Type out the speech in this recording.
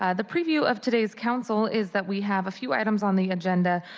and the preview of today's council is that we have a few items on the agenda.